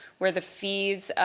where the fees